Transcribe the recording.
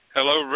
Hello